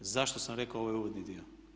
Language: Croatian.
Zašto sam rekao ovaj uvodni dio?